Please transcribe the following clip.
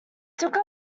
took